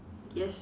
yes